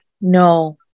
no